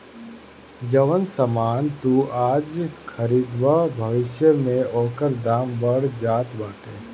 जवन सामान तू आज खरीदबअ भविष्य में ओकर दाम बढ़ जात बाटे